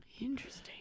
Interesting